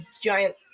giant